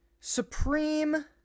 Supreme